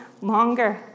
longer